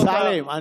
חבר הכנסת אמסלם,